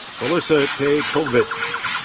melissa k. kovich.